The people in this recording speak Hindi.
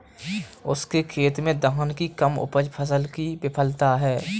उसके खेत में धान की कम उपज फसल की विफलता है